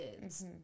kids